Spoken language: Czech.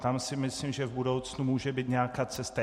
Tam si myslím, že v budoucnu může být nějaká cesta.